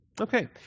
okay